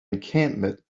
encampment